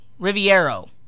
Riviero